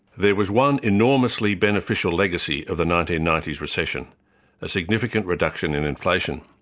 there was one enormously beneficial legacy of the nineteen ninety s recession a significant reduction in inflation.